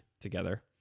together